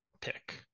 pick